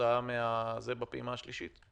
בפעימה השלישית?